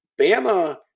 Bama